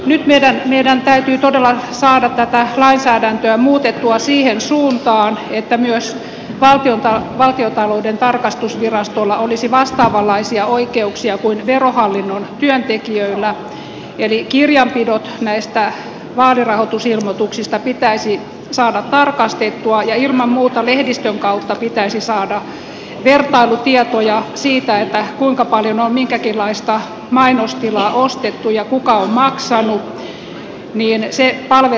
nyt meidän täytyy todella saada tätä lainsäädäntöä muutettua siihen suuntaan että myös valtiontalouden tarkastusvirastolla olisi vastaavanlaisia oikeuksia kuin verohallinnon työntekijöillä eli kirjanpidot näistä vaalirahoitusilmoituksista pitäisi saada tarkastettua ja ilman muuta lehdistön kautta pitäisi saada vertailutietoja siitä kuinka paljon on minkäkinlaista mainostilaa ostettu ja kuka on maksanut